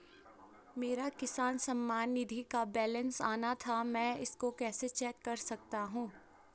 मेरा किसान सम्मान निधि का बैलेंस आना था मैं इसको कैसे चेक कर सकता हूँ?